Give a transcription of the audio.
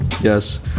Yes